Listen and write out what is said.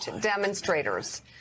demonstrators